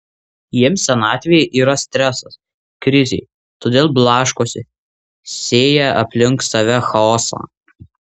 jiems senatvė yra stresas krizė todėl blaškosi sėja aplink save chaosą